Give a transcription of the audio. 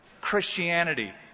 Christianity